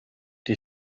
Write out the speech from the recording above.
die